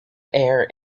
air